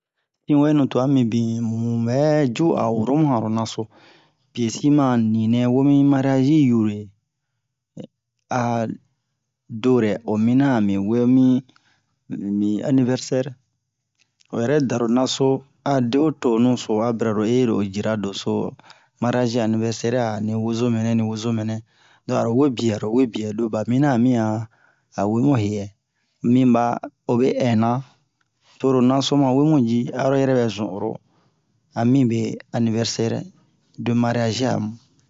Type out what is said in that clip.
Sinwɛnu twa mibin muɓɛ ju a o woro mu hanro naso biyesi ma a ninɛ womi mariyazi yure a dorɛ o mina ami wee mi mi anivɛrsɛri o yɛrɛ daro naso a de ho tonu-so a bara lo lo o jira doso mariyazi anivɛrsɛri ani wozobe-nɛ ni wozobe-nɛ donk aro wee biye aro wee biye lo ɓa miniɲan a mi a a wee bun heyɛ mi ɓa obe ɛnna toro naso ma wee bun ji aro yɛrɛ bɛ zun oro a mibe anivɛrsɛri de mariyazi amu